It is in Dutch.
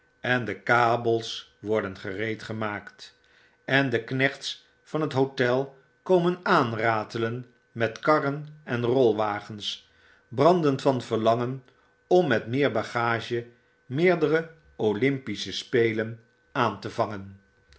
en de kabels worden gereedgemaakt en de knechts van het hotel komen aanratelen met karren en rolwagens brandend van verlangen om met meer bagage meerdere olympische sgelen aan te vangen